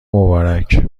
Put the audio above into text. مبارک